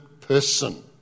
person